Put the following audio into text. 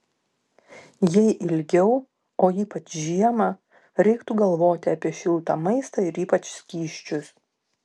jei ilgiau o ypač žiemą reiktų galvoti apie šiltą maistą ir ypač skysčius